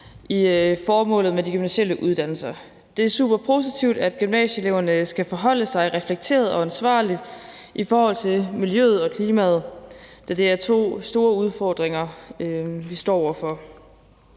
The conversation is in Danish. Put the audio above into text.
i formålet med de gymnasiale uddannelser. Det er superpositivt, at gymnasieeleverne skal forholde sig reflekteret og ansvarligt i forhold til miljøet og klimaet, da det er to store udfordringer, vi står over for.